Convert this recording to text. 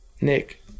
Nick